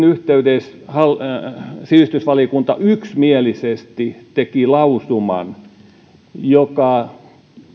yhteydessä sivistysvaliokunta yksimielisesti teki lausuman joka